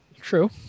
True